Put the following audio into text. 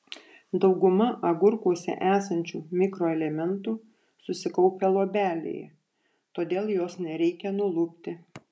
dauguma agurkuose esančių mikroelementų susikaupę luobelėje todėl jos nereikia nulupti